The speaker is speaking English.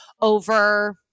over